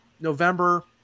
November